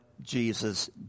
Jesus